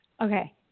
Okay